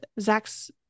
Zach's